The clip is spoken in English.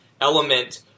element